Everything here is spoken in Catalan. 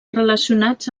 relacionats